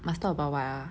must talk about what ah